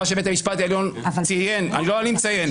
מה שבית משפט עליון ציין, לא אני מציין.